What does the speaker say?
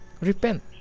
Repent